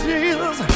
Jesus